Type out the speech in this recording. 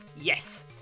Yes